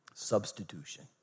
substitution